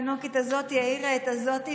התינוקת הזאת העירה את זאת,